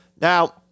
Now